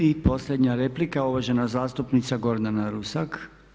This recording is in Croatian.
I posljednja replika uvažena zastupnica Gordana Rusak.